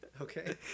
Okay